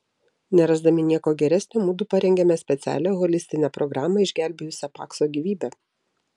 nerasdami nieko geresnio mudu parengėme specialią holistinę programą išgelbėjusią pakso gyvybę